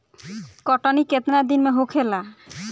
कटनी केतना दिन में होखेला?